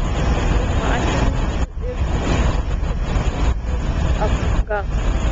tai matininkų ir kultūrtechnikų apranga